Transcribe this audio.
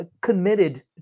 committed